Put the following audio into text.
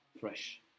fresh